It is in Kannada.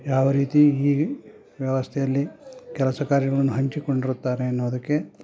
ಯಾವ ರೀತಿ ಈ ವ್ಯವಸ್ಥೆಯಲ್ಲಿ ಕೆಲಸ ಕಾರ್ಯಗಳನ್ನು ಹಂಚಿಕೊಂಡಿರುತ್ತಾರೆ ಎನ್ನುವುದಕ್ಕೆ